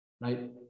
right